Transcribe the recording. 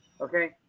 Okay